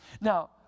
Now